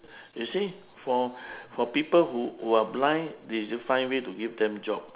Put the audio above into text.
you see for for people who who are blind they find way to give them job